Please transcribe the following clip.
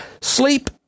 Sleep